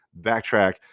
backtrack